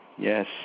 Yes